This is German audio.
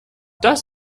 das